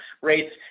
rates